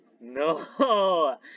no